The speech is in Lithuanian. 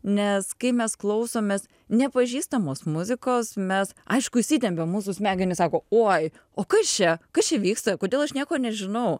nes kai mes klausomės nepažįstamos muzikos mes aišku įsitempia mūsų smegenys sako oi o kas čia kas čia vyksta kodėl aš nieko nežinau